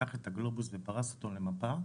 לקח את הגלובוס ופרס אותו למפה,